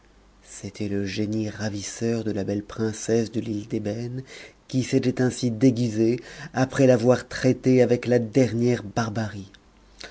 c'était le génie ravisseur de la belle princesse de l'île d'ébène qui s'était ainsi déguisé après l'avoir traitée avec la dernière barbarie